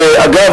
אגב,